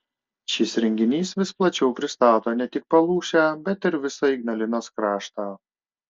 šis renginys vis plačiau pristato ne tik palūšę bet ir visą ignalinos kraštą